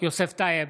יוסף טייב,